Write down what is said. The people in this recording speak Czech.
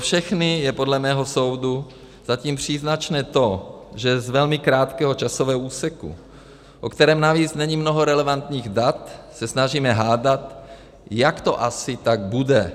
Pro všechny je podle mého soudu zatím příznačné to, že z velmi krátkého časového úseku, o kterém navíc není mnoho relevantních dat, se snažíme hádat, jak to asi tak bude.